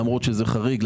למרות שזה חריג,